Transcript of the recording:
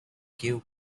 give